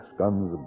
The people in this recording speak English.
guns